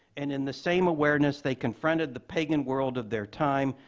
and in the same awareness, they confronted the pagan world of their time,